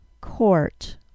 court